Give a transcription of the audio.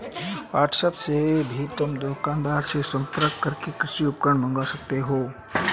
WhatsApp से भी तुम दुकानदार से संपर्क करके कृषि उपकरण मँगवा सकते हो